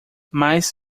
mas